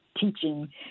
teaching